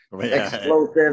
explosive